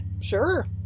Sure